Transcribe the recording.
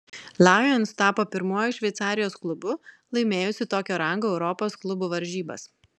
lions tapo pirmuoju šveicarijos klubu laimėjusiu tokio rango europos klubų varžybas